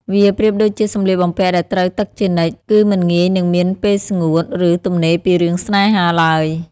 វាប្រៀបដូចជាសម្លៀកបំពាក់ដែលត្រូវទឹកជានិច្ច គឺមិនងាយនឹងមានពេលស្ងួត ឬទំនេរពីរឿងស្នេហាឡើយ។